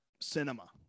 cinema